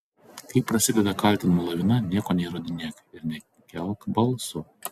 kai prasideda kaltinimų lavina nieko neįrodinėk ir nekelk balso